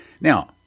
Now